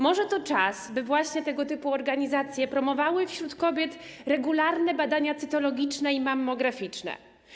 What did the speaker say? Może to czas, by właśnie tego typu organizacje promowały wśród kobiet regularne badania cytologiczne i mammograficzne.